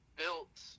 built